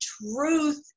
truth